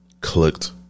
clicked